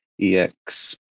EX